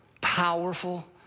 powerful